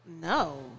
No